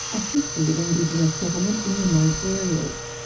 a history of indigenous settlement in remote areas,